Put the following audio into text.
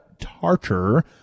tartar